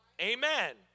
Amen